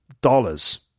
dollars